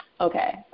okay